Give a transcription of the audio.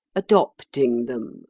adopting them